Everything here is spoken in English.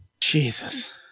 Jesus